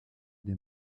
des